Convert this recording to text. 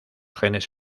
genes